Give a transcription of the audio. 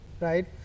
right